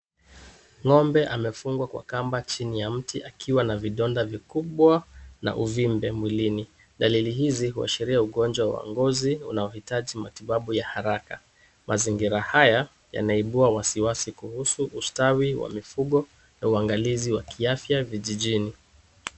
Ng'ombe amefungwa kwa kamba chini ya mti akiwa na vidonda vikubwa na uvimbe mwilini. Dalili hizi huashiria ugonjwa wa ngozi unaohitaji matibabu ya haraka. Mazingira haya yanaibua wasiwasi kuhusu ustawi wa mifugo na uangalizi wa kiafya vijijini.